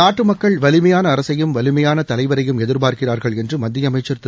நாட்டு மக்கள் வலிமையான அரசையும் வலிமையான தலைவரையும் எதிர்பார்க்கிறார்கள் என்று பிஜேபி மூத்த தலைவர் திரு